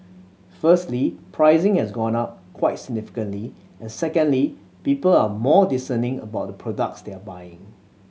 firstly pricing has gone up quite significantly and secondly people are more discerning about the product they are buying